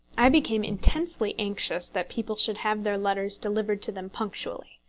i became intensely anxious that people should have their letters delivered to them punctually.